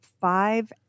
five